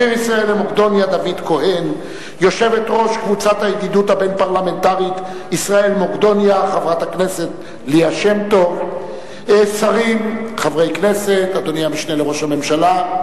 2. לגופו של עניין,